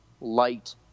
light